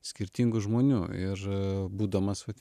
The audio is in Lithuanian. skirtingų žmonių ir būdamas vat